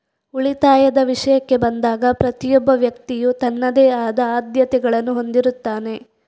ಉಳಿತಾಯದ ವಿಷಯಕ್ಕೆ ಬಂದಾಗ ಪ್ರತಿಯೊಬ್ಬ ವ್ಯಕ್ತಿಯು ತನ್ನದೇ ಆದ ಆದ್ಯತೆಗಳನ್ನು ಹೊಂದಿರುತ್ತಾನೆ